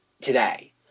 today